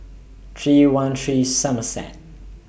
three one three Somerset